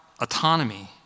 autonomy